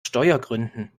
steuergründen